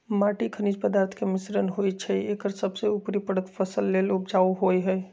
माटी खनिज पदार्थ के मिश्रण होइ छइ एकर सबसे उपरी परत फसल लेल उपजाऊ होहइ